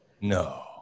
No